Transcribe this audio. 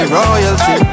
royalty